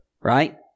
right